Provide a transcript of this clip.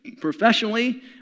professionally